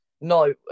No